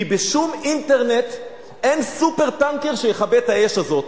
כי בשום אינטרנט אין "סופר-טנקר" שיכבה את האש הזאת,